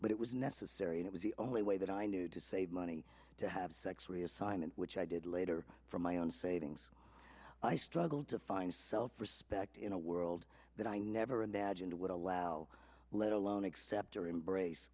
but it was necessary and it was the only way that i knew to save money to have sex reassignment which i did later from my own savings i struggled to find self respect in a world that i never imagined would allow let alone accept or embrace